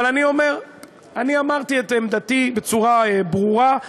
אבל אני הבעתי את עמדתי בצורה ברורה.